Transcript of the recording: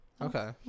Okay